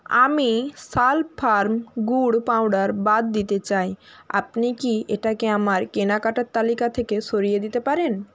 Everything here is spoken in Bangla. আমি সাল্প ফার্ম গুড় পাউডার বাদ দিতে চাই আপনি কি এটাকে আমার কেনাকাটার তালিকা থেকে সরিয়ে দিতে পারেন